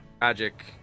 ...tragic